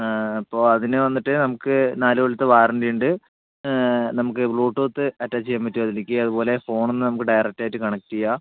ആ അപ്പോൾ അതിനു വന്നിട്ട് നമുക്ക് നാലു കൊല്ലത്തെ വാറൻ്റിയുണ്ട് നമുക്ക് ബ്ലൂടൂത്ത് അറ്റാച്ച് ചെയ്യാൻ പറ്റും അതിലേയ്ക്ക് അതുപോലെ ഫോണെന്നു നമുക്ക് ഡയറക്ട് ആയിട്ട് കണക്ട് ചെയ്യാം